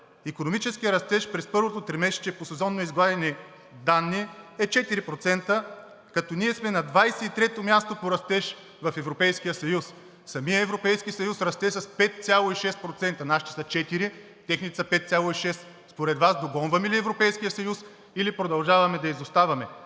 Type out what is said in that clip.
Икономическият растеж през първото тримесечие по сезонно изброени данни е 4%, като ние сме на 23-то място по растеж в Европейския съюз. Самият Европейски съюз расте с 5,6%. Нашите са 4%, а техните са 5,6%. Според Вас догонваме ли Европейския съюз, или продължаваме да изоставаме?